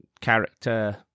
character